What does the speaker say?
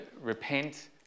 repent